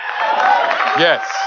Yes